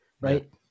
Right